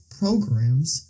programs